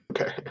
Okay